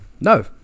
no